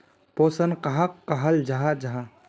पोषण कहाक कहाल जाहा जाहा?